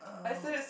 oh